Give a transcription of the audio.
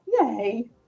yay